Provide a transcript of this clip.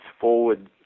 forward